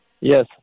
Yes